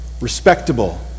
respectable